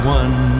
one